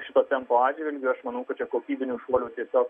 šito tempo atžvilgiu aš manau kad čia kokybinio šuolio tiesiog